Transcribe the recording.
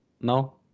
No